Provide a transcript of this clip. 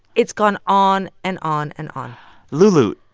it's gone on and on and on lulu,